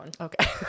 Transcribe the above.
Okay